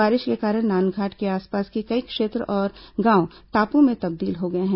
बारिश के कारण नांदघाट के आसपास के कई क्षेत्र और गांव टापू में तब्दील हो गए हैं